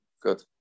Good